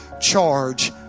charge